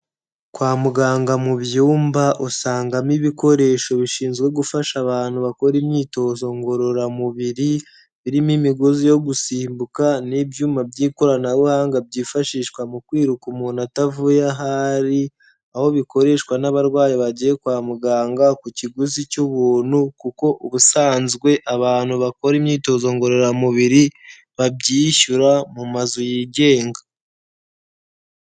Kwa muganga mu byumba usangamo ibikoresho bishinzwe gufasha abantu bakora imyitozo ngororamubiri, birimo imigozi yo gusimbuka, n'ibyuma by'ikoranabuhanga byifashishwa mu kwiruka umuntu atavuye ahari, aho bikoreshwa n'abarwayi bagiye kwa muganga, ku kiguzi cy'ubuntu kuko ubusanzwe abantu bakora imyitozo ngororamubiri babyishyura mu mazu y'igenga.